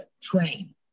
train